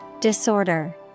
Disorder